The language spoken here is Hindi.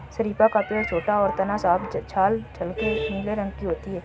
शरीफ़ा का पेड़ छोटा और तना साफ छाल हल्के नीले रंग की होती है